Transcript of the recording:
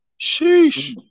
Sheesh